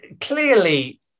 clearly